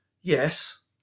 Yes